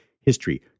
history